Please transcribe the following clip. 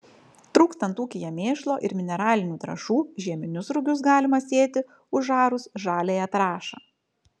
trūkstant ūkyje mėšlo ir mineralinių trąšų žieminius rugius galima sėti užarus žaliąją trąšą